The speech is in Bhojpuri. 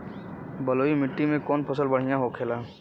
बलुई मिट्टी में कौन फसल बढ़ियां होखे ला?